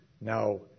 Now